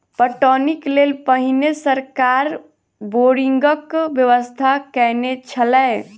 पटौनीक लेल पहिने सरकार बोरिंगक व्यवस्था कयने छलै